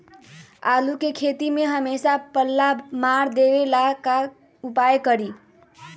आलू के खेती में हमेसा पल्ला मार देवे ला का उपाय करी?